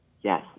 Yes